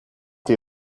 the